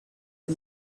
and